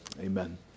amen